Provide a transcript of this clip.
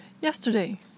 yesterday